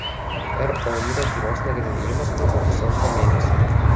r oilerio bylos nagrinėjimas truko pusantro mėnesio